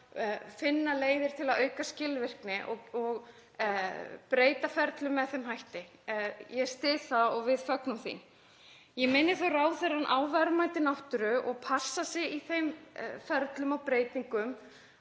finna leiðir til að auka skilvirkni og breyta ferlum með þeim hætti. Ég styð það og við fögnum því. Ég minni þó ráðherrann á verðmæti náttúru og að passa sig í þeim ferlum og breytingum